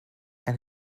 and